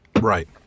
Right